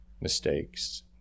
mistakes